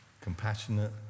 Compassionate